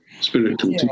spiritual